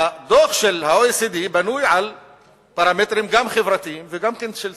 הדוח של ה-OECD בנוי על פרמטרים גם חברתיים וגם של צמיחה.